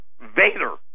Vader